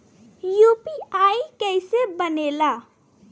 UPI कईसे बनेला?